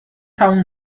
تموم